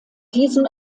diesem